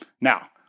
Now